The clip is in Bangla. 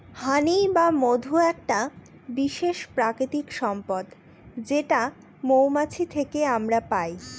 হানি বা মধু একটা বিশেষ প্রাকৃতিক সম্পদ যেটা মৌমাছি থেকে আমরা পাই